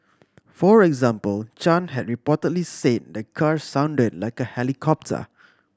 for example Chan had reportedly say the car sounded like a helicopter